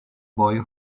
boy